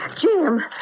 Jim